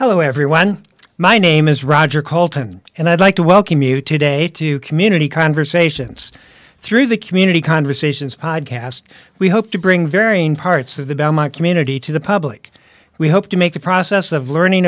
hello everyone my name is roger colton and i'd like to welcome you today to community conversations through the community conversations podcast we hope to bring varying parts of the belmont community to the public we hope to make the process of learning